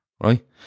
right